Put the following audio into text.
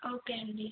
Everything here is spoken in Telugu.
ఓకే అండి